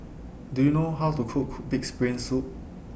Do YOU know How to Cook Cook Pig'S Brain Soup